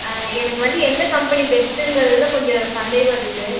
ஆ எனக்கு வந்து எந்த கம்பெனி பெஸ்ட்டுங்கிறதில் கொஞ்சம் சந்தேகம் இருக்கு